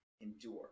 endure